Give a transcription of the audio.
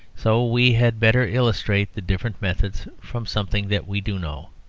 so we had better illustrate the different methods from something that we do know.